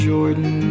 Jordan